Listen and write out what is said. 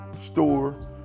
store